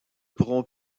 pourront